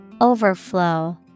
Overflow